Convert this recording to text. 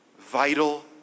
vital